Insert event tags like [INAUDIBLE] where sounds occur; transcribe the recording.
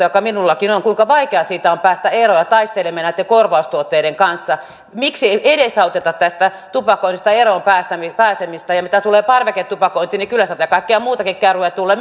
[UNINTELLIGIBLE] joka minullakin on on on päästä eroon taistelemme näitten korvaustuotteiden kanssa miksi ei edesauteta tästä tupakoinnista eroon pääsemistä ja mitä tulee parveketupakointiin niin kyllä sieltä kaikkea muutakin käryä tulee [UNINTELLIGIBLE]